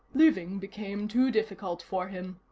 living became too difficult for him.